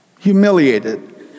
Humiliated